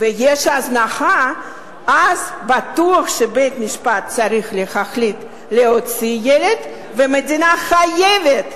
ויש הזנחה ודאי שבית-המשפט צריך להחליט להוציא את הילד והמדינה חייבת,